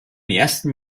ersten